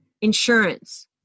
insurance